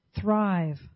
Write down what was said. Thrive